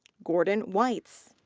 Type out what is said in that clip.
gordon weitz.